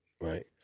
right